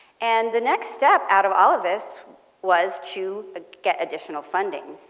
and the next step out of all of this was to ah get additional funding.